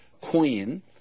queen